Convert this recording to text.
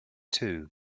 two